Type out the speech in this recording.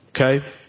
Okay